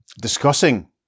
discussing